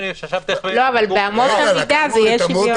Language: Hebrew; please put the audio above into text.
לא, אבל באמות המידה זה יהיה שוויוני.